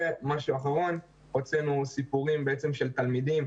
הוצאנו סיפורים בעצם של תלמידים,